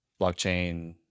blockchain